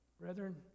Brethren